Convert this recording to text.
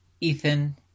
Ethan